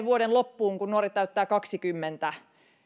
vuoden loppuun kun nuori täyttää kaksikymmentä